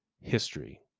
history